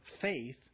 faith